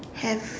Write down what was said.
have